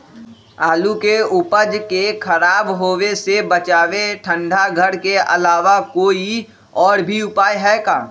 आलू के उपज के खराब होवे से बचाबे ठंडा घर के अलावा कोई और भी उपाय है का?